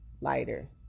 lighter